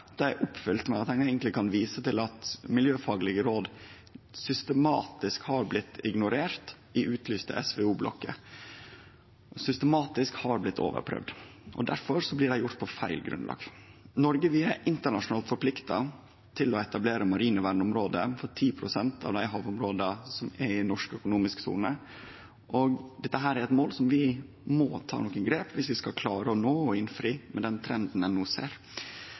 er oppfylte ved at ein kan vise til at miljøfaglege råd systematisk har blitt ignorerte i utlyste SVO-blokker – at dei systematisk har blitt overprøvde. Det blei gjort på feil grunnlag. Noreg er internasjonalt forplikta til å etablere marine verneområde i 10 pst. av dei havområda som er i norsk økonomisk sone. Vi må ta nokre grep dersom vi skal klare å nå dette målet med den trenden ein no ser.